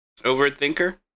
Overthinker